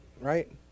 right